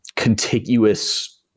contiguous